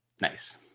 Nice